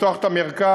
לפתוח את המרכז.